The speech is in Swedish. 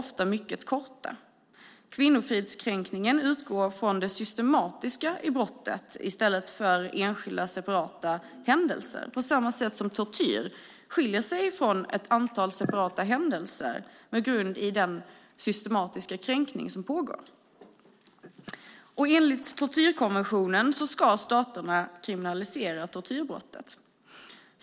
Brottsrubriceringen kvinnofridskränkning utgår från det systematiska i brottet i stället för enskilda separata händelser, på samma sätt som tortyr skiljer sig från ett antal separata händelser just på grund av den systematiska kränkning som pågår. Enligt tortyrkonventionen ska staterna kriminalisera tortyrbrottet.